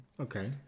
Okay